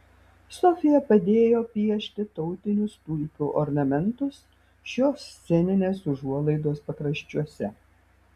sofija padėjo piešti tautinius tulpių ornamentus šios sceninės užuolaidos pakraščiuose